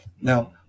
Now